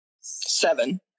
seven